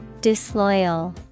disloyal